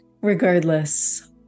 Regardless